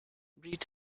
read